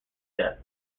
death